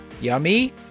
Yummy